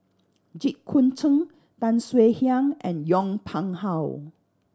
Jit Koon Ch'ng Tan Swie Hian and Yong Pung How